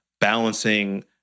balancing